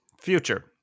Future